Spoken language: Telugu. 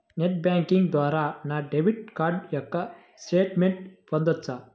నెట్ బ్యాంకింగ్ ద్వారా నా డెబిట్ కార్డ్ యొక్క స్టేట్మెంట్ పొందవచ్చా?